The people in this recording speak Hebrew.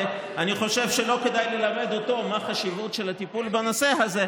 אני חושב שלא כדאי ללמד אותו מה החשיבות של הטיפול בנושא הזה.